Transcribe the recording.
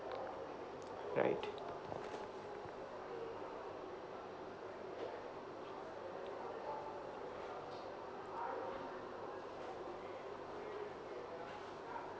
right